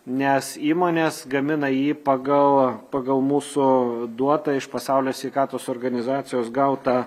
nes įmonės gamina jį pagal pagal mūsų duotą iš pasaulio sveikatos organizacijos gautą